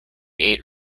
eight